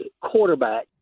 quarterback